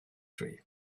tree